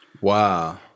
Wow